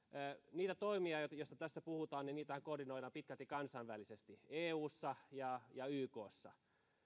niitä toimiahan joista tässä puhutaan koordinoidaan pitkälti kansainvälisesti eussa ja ja ykssa